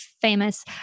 famous